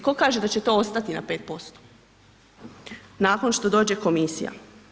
Tko kaže da će to ostati na 5% nakon što dođe komisija?